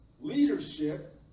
leadership